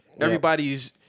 Everybody's